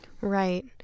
Right